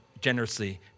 generously